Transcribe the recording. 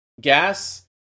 gas